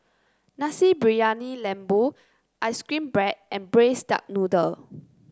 Nasi Briyani Lembu ice cream bread and Braised Duck Noodle